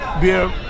beer